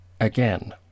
Again